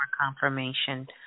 confirmation